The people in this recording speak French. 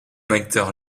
acteur